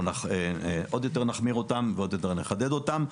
אנחנו נחמיר אותן עוד יותר ונחדד אותן.